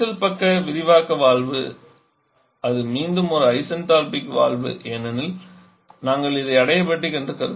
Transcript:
கரைசல் பக்க விரிவாக்க வால்வு அது மீண்டும் ஒரு ஐசென்டால்பிக் வால்வு ஏனெனில் நாங்கள் அதை அடிபயாடிக் என்று கருதுகிறோம்